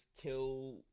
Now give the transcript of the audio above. kill